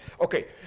Okay